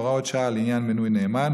הוראות שעה לעניין מינוי נאמן,